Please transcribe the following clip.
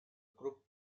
group